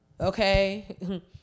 Okay